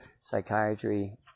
psychiatry